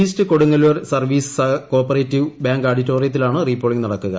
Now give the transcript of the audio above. east Kadungallur service co operative bank ഓഡിറ്റോറിയത്തിലാണ് re polling നടക്കുക